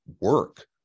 work